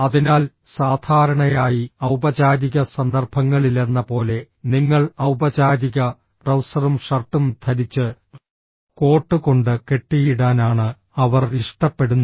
അതിനാൽ സാധാരണയായി ഔപചാരിക സന്ദർഭങ്ങളിലെന്നപോലെ നിങ്ങൾ ഔപചാരിക ട്രൌസറും ഷർട്ടും ധരിച്ച് കോട്ട് കൊണ്ട് കെട്ടിയിടാനാണ് അവർ ഇഷ്ടപ്പെടുന്നത്